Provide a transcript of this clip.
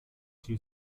die